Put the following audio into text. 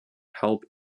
help